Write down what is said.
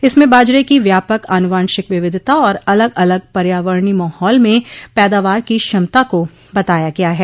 इसमें बाजरे की व्यापक आनुवांशिक विविधता और अलग अलग पर्यावरणी माहौल में पैदावार की क्षमताको बताया गया है